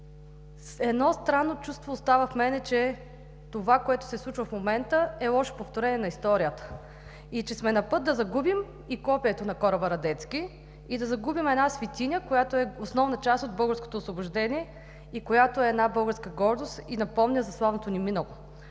Едно странно чувство остава в мен, че това, което се случва в момента, е лошо повторение на историята, че сме на път да загубим и копието на кораба „Радецки“, да загубим една светиня, която е основна част от българското освобождение, която е една българска гордост и напомня за славното ни минало.